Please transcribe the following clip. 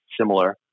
similar